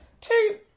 two